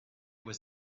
was